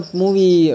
movie